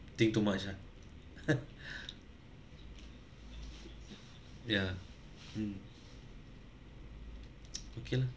think too much ah yeah mm okay lah